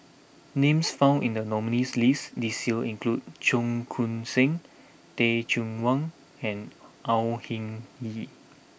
names found in the nominees' list this year include Cheong Koon Seng Teh Cheang Wan and Au Hing Yee